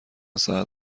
ساعت